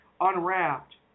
unwrapped